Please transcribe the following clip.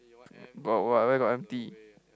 what what where got empty